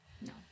No